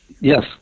Yes